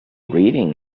reading